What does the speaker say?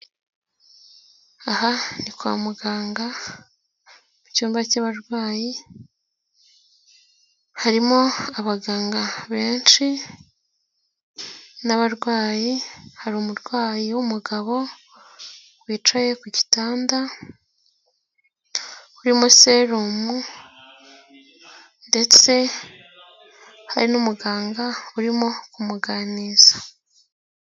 Aha ni kwa muganga mu cyumba cy'abarwayi, harimo abaganga benshi n'abarwayi, hari umurwayi w'umugabo wicaye ku gitanda, urimo serumu ndetse hari n'umuganga urimo kumuganiriza.